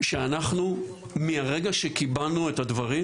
שאנחנו מהרגע שקיבלנו את הדברים,